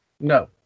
No